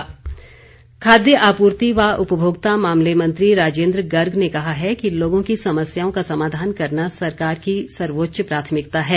राजेन्द्र गर्ग खाद्य आपूर्ति व उपभोक्ता मामले मंत्री राजेन्द्र गर्ग ने कहा है कि लोगों की समस्याओं का समाधान करना सरकार की सर्वोच्च प्राथमिकता है